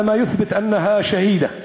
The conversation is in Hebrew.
להלן תרגומם: זה מוכיח שהיא שהידה,